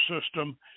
system